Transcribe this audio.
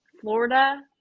florida